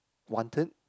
wanted